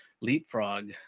leapfrog